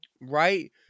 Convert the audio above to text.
Right